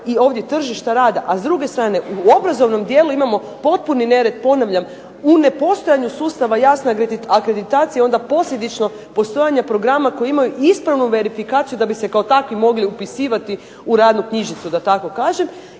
i ovdje tržišta rada, a s druge strane u obrazovnom dijelu imamo potpuni nered. Ponavljam, u nepostojanju sustava jasno je akreditacije onda posljedično postojanje programa koji imaju ispravnu verifikaciju da bi se kao takvi mogli upisivati u radnu knjižicu, da tako kažem